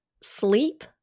sleep